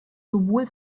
sowohl